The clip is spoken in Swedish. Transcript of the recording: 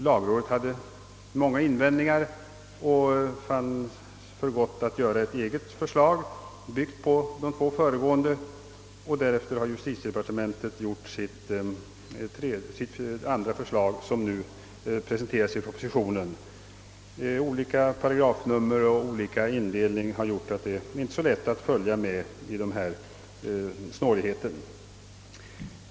Lagrådet hade många invändningar att göra och fann för gott att lägga fram ett eget förslag, byggt på de två föregående. Därefter har justitiedepartementet lagt fram sitt andra förslag, som nu presenteras i propositionen. Olika paragrafnummer och indelningar har medfört svårigheter, som inte är så lätta att reda ut.